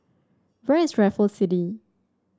where is Raffles City